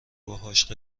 باهاش